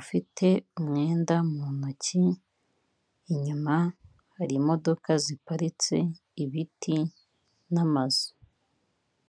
ifite ibyumba bine n'amadushe atatu na tuwarete ikaba ikodeshwa amafaranga ibihumbi magana atanu ku kwezi.